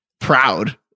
proud